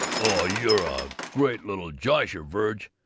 oh, you're a great little josher, verg.